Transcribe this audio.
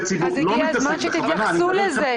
ציבור -- אז הגיע הזמן שתתייחסו לזה.